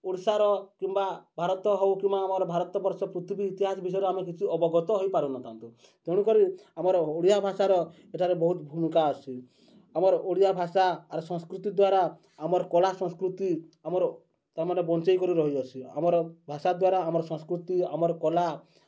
ଓଡ଼ିଶାର କିମ୍ବା ଭାରତ ହଉ କିମ୍ବା ଆମର ଭାରତ ବର୍ଷ ପୃଥିବୀ ଇତିହାସ ବିଷୟରେ ଆମେ କିଛି ଅବଗତ ହେଇପାରୁନଥାନ୍ତୁ ତେଣୁ କରି ଆମର ଓଡ଼ିଆ ଭାଷାର ଏଠାରେ ବହୁତ ଭୂମିକା ଅଛି ଆମର ଓଡ଼ିଆ ଭାଷା ଆର୍ ସଂସ୍କୃତି ଦ୍ୱାରା ଆମର କଳା ସଂସ୍କୃତି ଆମର ତାମାନେ ବଞ୍ଚେଇ କରି ରହିଅଛି ଆମର ଭାଷା ଦ୍ୱାରା ଆମର ସଂସ୍କୃତି ଆମର କଲା